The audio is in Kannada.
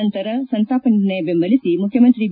ನಂತರ ಸಂತಾಪ ನಿರ್ಣಯ ಬೆಂಬಲಿಸಿ ಮುಖ್ಯಮಂತ್ರಿ ಬಿ